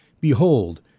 Behold